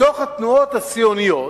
מתוך התנועות הציוניות,